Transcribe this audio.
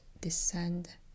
descend